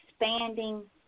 expanding